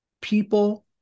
people